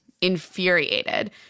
infuriated